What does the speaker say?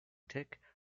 tick